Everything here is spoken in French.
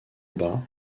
bas